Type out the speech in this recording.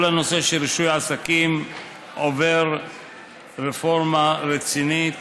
כל הנושא של רישוי עסקים עובר רפורמה רצינית